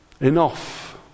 Enough